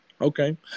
Okay